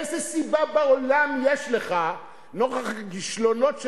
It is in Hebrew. איזה סיבה בעולם יש לך, נוכח הכישלונות שלך?